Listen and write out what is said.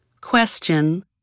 Question